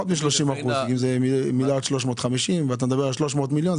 מ-30% כי זה 1.35 מיליארד ואתה מדבר על 300 מיליון.